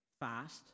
fast